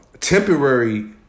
Temporary